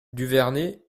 duvernet